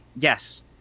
Yes